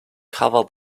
cover